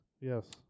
Yes